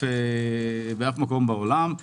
באף מקום בעולם.